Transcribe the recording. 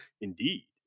indeed